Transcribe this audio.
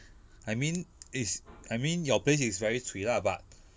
I mean is I mean your place is very cui lah but